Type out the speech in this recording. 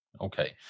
Okay